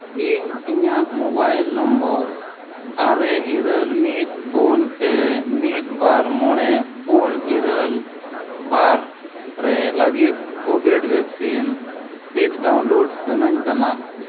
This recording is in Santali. ᱤᱧ ᱤᱧᱟᱹᱜ ᱢᱳᱵᱟᱭᱤᱞ ᱱᱚᱢᱵᱚᱨ ᱟᱨᱮ ᱤᱨᱟᱹᱞ ᱢᱤᱫ ᱯᱩᱱ ᱯᱮ ᱢᱤᱫ ᱵᱟᱨ ᱢᱚᱬᱮ ᱯᱩᱱ ᱤᱨᱟᱹᱞ ᱵᱟᱨ ᱨᱮ ᱞᱟᱹᱜᱤᱫ ᱠᱳᱵᱷᱤᱰ ᱵᱷᱮᱠᱥᱤᱱ ᱥᱤᱫᱽ ᱰᱟᱣᱩᱱᱞᱳᱰ ᱥᱟᱱᱟᱧ ᱠᱟᱱᱟ